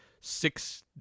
six